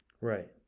Right